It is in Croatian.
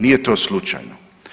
Nije to slučajno.